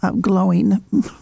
glowing